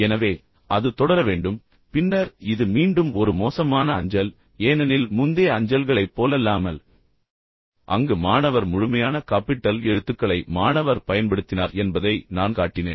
எனவே அது தொடர வேண்டும் பின்னர் இது மீண்டும் ஒரு மோசமான அஞ்சல் ஏனெனில் முந்தைய அஞ்சல்களைப் போலல்லாமல் அங்கு மாணவர் முழுமையான காப்பிட்டல் எழுத்துக்களை மாணவர் பயன்படுத்தினார் என்பதை நான் காட்டினேன்